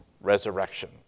resurrection